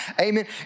amen